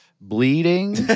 bleeding